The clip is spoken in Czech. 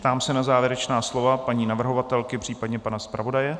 Ptám se na závěrečná slova paní navrhovatelky, případně zpravodaje.